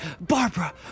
Barbara